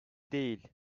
değil